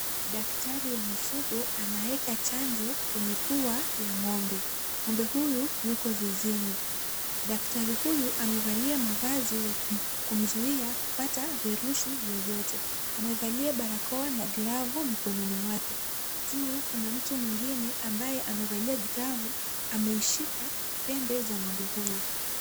Daktari wa mifugo anaeka chanjo kwenye pua la ng'ombe.Ng'ombe huyu yuko zizini. Daktari huyu amevalia mavazi ya kumzuia kupata virusi vyovyote. Amevalia barakoa na glavu mikononi mwake. Juu kuna mtu mwingine ambaye amevalia glavu. Ameishika pembe za ng'ombe huyu.